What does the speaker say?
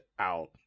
out